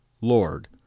Lord